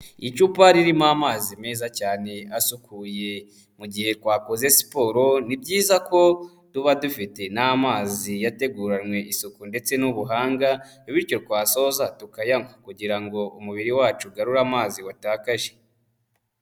Icupa ririmo amazi meza cyane asukuye, mu gihe twakoze siporo ni byiza ko tuba dufite n'amazi yateguranywe isuku ndetse n'ubuhanga, bityo twatoza tukayanywa, kugira ngo umubiri wacu ugarure amazi watakaje.